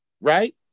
right